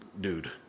dude